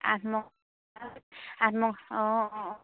অঁ অঁ